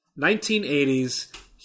1980s